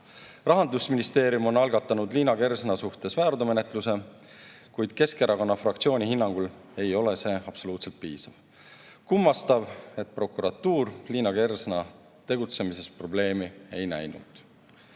Rahandusministeerium on algatanud Liina Kersna suhtes väärteomenetluse, kuid Keskerakonna fraktsiooni hinnangul ei ole see absoluutselt piisav. Kummastav, et prokuratuur Liina Kersna tegutsemises probleemi ei näinud.